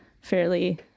fairly